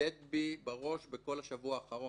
הדהד לי בראש כל השבוע האחרון,